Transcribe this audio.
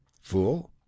Fool